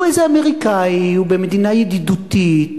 הוא איזה אמריקני, הוא במדינה ידידותית.